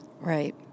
Right